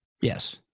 yes